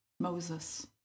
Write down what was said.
Moses